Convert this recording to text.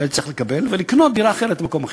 היה צריך לקבל ולקנות דירה אחרת במקום אחר.